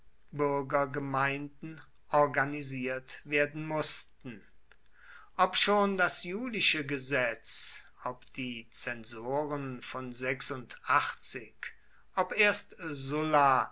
bürgergemeinden organisiert werden mußten ob schon das julische gesetz ob die zensoren von ob erst sulla